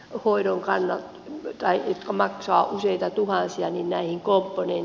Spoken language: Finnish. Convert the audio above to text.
hoidon kana komponentteihin jotka maksavat useita tuhansia euroja